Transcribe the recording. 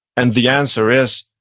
and the answer is,